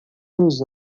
nos